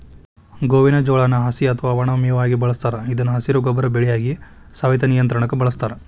ಗೋವಿನ ಜೋಳಾನ ಹಸಿ ಅತ್ವಾ ಒಣ ಮೇವಾಗಿ ಬಳಸ್ತಾರ ಇದನ್ನು ಹಸಿರು ಗೊಬ್ಬರದ ಬೆಳೆಯಾಗಿ, ಸವೆತ ನಿಯಂತ್ರಣಕ್ಕ ಬಳಸ್ತಾರ